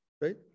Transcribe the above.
right